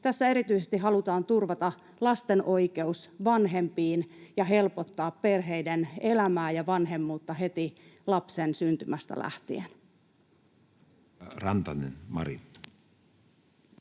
Tässä erityisesti halutaan turvata lasten oikeus vanhempiin ja helpottaa perheiden elämää ja vanhemmuutta heti lapsen syntymästä lähtien.